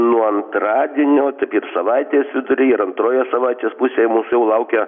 nuo antradienio tai kaip savaitės vidury ir antroje savaitės pusėje mūsų jau laukia